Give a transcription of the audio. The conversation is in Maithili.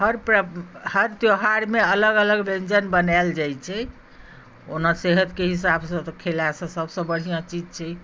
हर पर्व हर त्योहारमे अलग अलग व्यञ्जन बनाएल जाइ छै ओना सेहतके हिसाबसँ खेलासँ सबसँ बढ़िआँ चीज छै